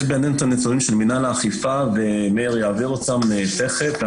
יש בידנו את הנתונים של מינהל האכיפה ומאיר יעביר אותם תיכף.